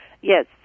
Yes